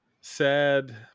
sad